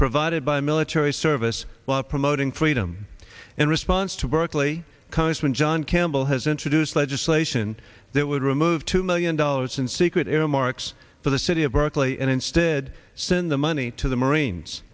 provided by military service while promoting freedom in response to berkeley congressman john campbell has introduced legislation that would remove two million dollars in secret remarks for the city of berkeley and instead send the money to the marines